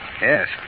Yes